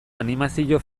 animazio